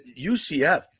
UCF